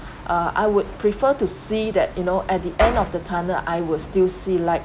uh I would prefer to see that you know at the end of the tunnel I will still see light